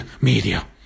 media